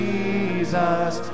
Jesus